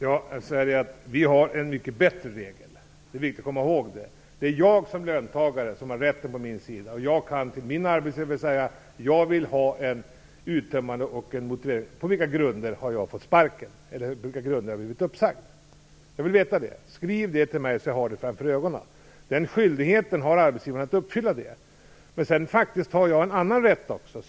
Herr talman! Vi har en mycket bättre regel, och det är viktigt att komma ihåg det. En löntagare har rätten på sin sida och, man kan säga till sin arbetsgivare att man vill ha en uttömmande motivering av på vilka grunder man har blivit uppsagd. Arbetsgivaren har en skyldighet att uppfylla denna begäran. Som människa och individ har man faktiskt också en annan rättighet.